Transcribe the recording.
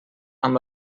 amb